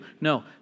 No